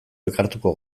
elkartuko